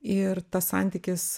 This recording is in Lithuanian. ir tas santykis